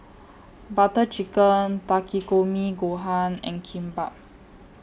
Butter Chicken Takikomi Gohan and Kimbap